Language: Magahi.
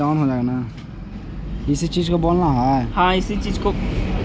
वनिजी ऋण गृह निर्माण और कार खरीदे लगी भी लेल जा हई